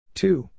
two